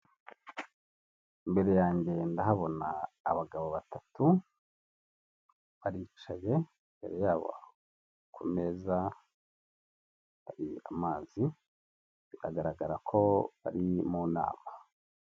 Imbere yanjye ndahabona abagabo batatu baricaye imbere yabo ku meza hari amazi biragaragara ko bari mu nama .